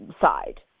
side